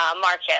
market